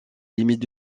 limites